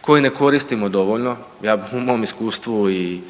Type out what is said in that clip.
koji ne koristimo dovoljno. Ja u mom iskustvu i